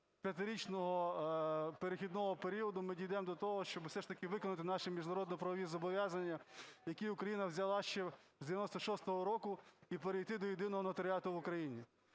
п'ятирічного перехідного періоду, ми дійдемо до того, щоб все ж таки виконати наші міжнародно-правові зобов'язання, які Україна взяла ще з 96-го року, і перейти до єдиного нотаріату в Україні.